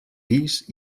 pis